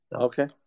Okay